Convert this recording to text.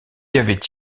avait